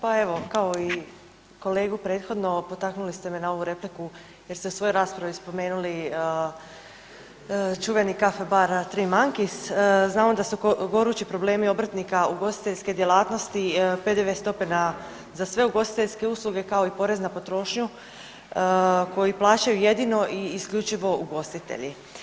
Pa evo, kao i kolegu prethodno, potaknuli ste me na ovu repliku jer ste u svojoj raspravi spomenuli čuveni caffe bar Tri monkeys, znamo da su gorući problemi obrtnika ugostiteljske djelatnosti PDV stope za sve ugostiteljske usluge kao i porez na potrošnju koji plaćaju jedini i isključivo ugostitelji.